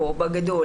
בגדול